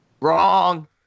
Wrong